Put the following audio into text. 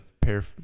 pair